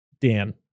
Dan